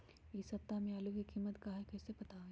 इ सप्ताह में आलू के कीमत का है कईसे पता होई?